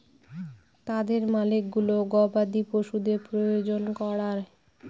তাদের মালিকগুলো গবাদি পশুদের প্রজনন করায়